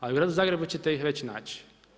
Ali u gradu Zagrebu ćete ih već naći.